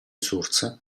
source